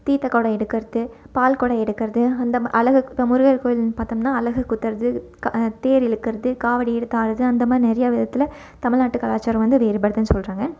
தீர்த்த குடம் எடுக்கறது பால்குடம் எடுக்கறது அந்தமா அலகு இப்போ முருகர் கோயில்ன்னு பார்த்தோம்னா அலகு குத்தறது தேர் இழுக்கறது காவடி எடுத்து ஆடுறது அந்தமாதிரி நிறையா விதத்தில் தமிழ்நாட்டுக் கலாச்சாரம் வந்து வேறுபடுதுனு சொல்கிறாங்க